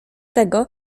tego